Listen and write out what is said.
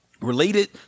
related